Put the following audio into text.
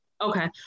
Okay